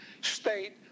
state